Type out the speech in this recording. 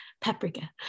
paprika